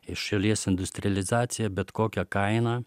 į šalies industrializaciją bet kokia kaina